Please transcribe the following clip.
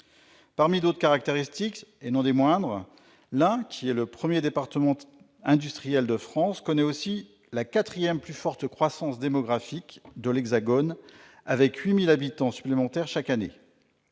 Parmi d'autres caractéristiques, et non des moindres, l'Ain, qui est le premier département industriel de France, connaît aussi la quatrième plus forte croissance démographique de l'Hexagone avec 8 000 habitants supplémentaires chaque année.